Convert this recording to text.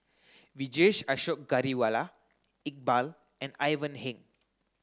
Vijesh Ashok Ghariwala Iqbal and Ivan Heng